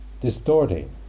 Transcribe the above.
distorting